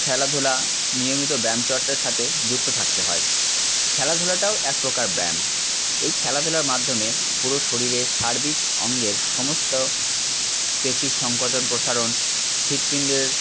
খেলাধুলা নিয়মিত ব্যায়াম চর্চার সাথে যুক্ত থাকতে হয় খেলাধুলাটাও এক প্রকার ব্যায়াম এই খেলাধুলার মাধ্যমে পুরো শরীরের সার্বিক অঙ্গের সমস্ত পেশীর সংকোচন প্রসারণ হৃৎপিণ্ডের